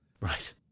right